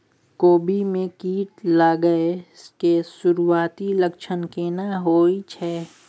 कोबी में कीट लागय के सुरूआती लक्षण केना होय छै